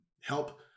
help